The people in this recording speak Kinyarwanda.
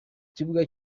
ikibuga